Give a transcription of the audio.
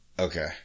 Okay